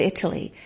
Italy